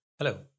Hello